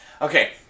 Okay